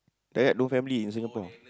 like that no family in Singapore